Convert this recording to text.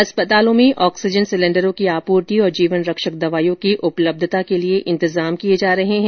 अस्पतालों में ऑक्सीजन सिलेंडरों की आपूर्ति और जीवन रक्षक दवाइयों की उपलब्धता के लिए इंतजाम किए जा रहे हैं